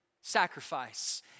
sacrifice